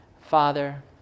Father